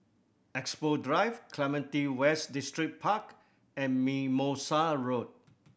Expo Drive Clementi West Distripark and Mimosa Road